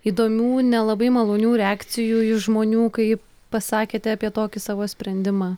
įdomių nelabai malonių reakcijų iš žmonių kai pasakėte apie tokį savo sprendimą